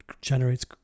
generates